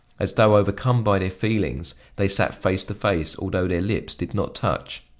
as though overcome by their feelings they sat face to face, although their lips did not touch.